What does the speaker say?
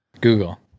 Google